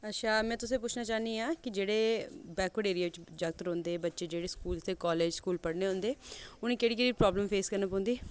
अच्छा में तुसें गी पुच्छना चाह्न्नी आं कि जेह्ड़े बैकवर्ड एरिये च जागत रौंह्दे बच्चे जेह्ड़े स्कूल ते कालेज कोल पढ़ने ई औंदे उ'नें गी केह्ड़ी केह्ड़ी प्राब्लम फेस करनी पौंदी